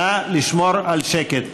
נא לשמור על שקט.